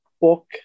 book